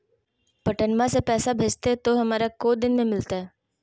पटनमा से पैसबा भेजते तो हमारा को दिन मे मिलते?